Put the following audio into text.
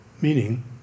meaning